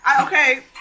Okay